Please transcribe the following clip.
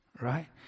Right